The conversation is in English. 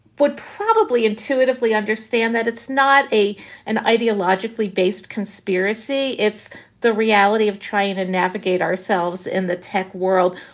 would probably intuitively understand that it's not a an ideologically based conspiracy. it's the reality of trying to navigate ourselves in the tech world.